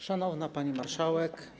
Szanowna Pani Marszałek!